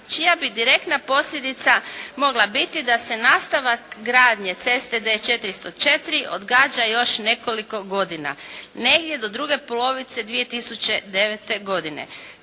čija bi direktna posljedica mogla biti da se nastavak gradnje ceste D-404 odgađa još nekoliko godina. Negdje do druge polovice 2009. godine.